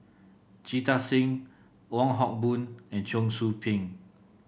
Jita Singh Wong Hock Boon and Cheong Soo Pieng